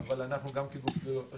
אבל, אנחנו גם כן גוף רגולטורי